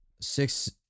six